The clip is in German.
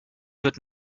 wird